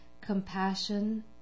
compassion